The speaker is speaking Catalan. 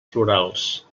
florals